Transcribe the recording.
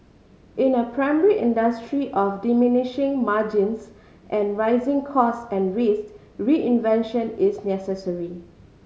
in a primary industry of diminishing margins and rising costs and risk reinvention is necessary